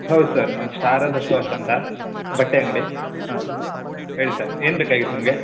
ಹೌದು ಸರ್ ನಮ್ದು ಶಾರದಾ ಸ್ಟೋರ್ಸ್ ಅಂತ ಬಟ್ಟೆ ಅಂಗಡಿ ಹಾಂ ಹೇಳಿ ಸರ್ ಏನು ಬೇಕಾಗಿತ್ತು ನಿಮಗೆ